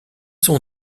son